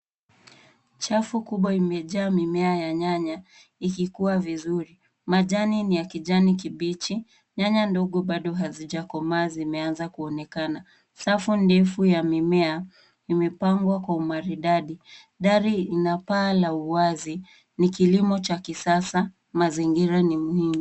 Chafu kubwa imejaa mimea ya nyanya ikikua vizuri. Majani ni ya kijani kibichi. Nyanya ndogo bado hazijakomaa, zimeanza kuonekana. Safu ndefu ya mimea imepangwa kwa umaridadi. Dari ina paa la uwazi. Ni kilimo cha kisasa. Mazingira ni muhimu.